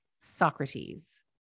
Socrates